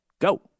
Go